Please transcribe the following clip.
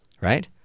right